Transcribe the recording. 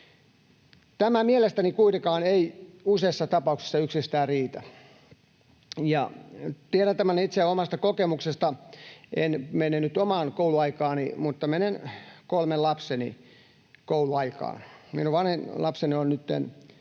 tämä ei kuitenkaan useissa tapauksissa yksistään riitä. Tiedän tämän itse omasta kokemuksestani. En mene nyt omaan kouluaikaani, mutta menen kolmen lapseni kouluaikaan. Minun vanhin lapseni on nytten